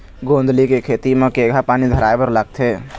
गोंदली के खेती म केघा पानी धराए बर लागथे?